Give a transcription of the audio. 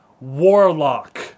Warlock